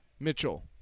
Mitchell